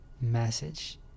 message